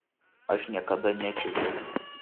aš niekada nečiuožiau